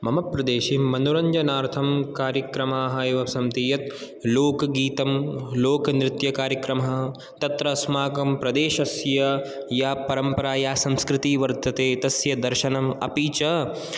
मम प्रदेशे मनोरञ्जनार्थं कार्यक्रमाः एव सन्ति यत् लोकगीतं लोकनृत्यकार्यक्रमः तत्र अस्माकं प्रदेशस्य या परम्परा या संस्कृती वर्तते तस्य दर्शनम् अपि च